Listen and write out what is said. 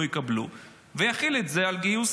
לא יקבלו" ויחיל את זה על גיוס